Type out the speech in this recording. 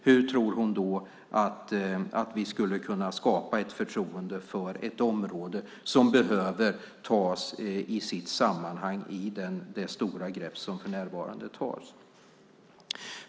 Hur tror hon då att vi skulle kunna skapa ett förtroende för ett område som behöver tas i sitt sammanhang i det stora grepp som för närvarande tas?